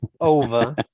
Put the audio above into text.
over